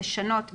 לשנות בצו,